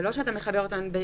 וזה לא שאתה מחבר אותן יחד.